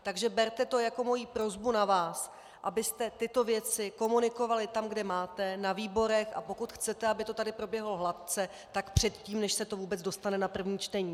Takže berte to jako moji prosbu na vás, abyste tyto věci komunikovali tam, kde máte, na výborech, a pokud chcete, aby to tady proběhlo hladce, tak předtím, než se to vůbec dostane na první čtení.